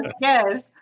Yes